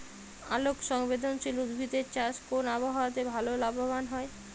আলোক সংবেদশীল উদ্ভিদ এর চাষ কোন আবহাওয়াতে ভাল লাভবান হয়?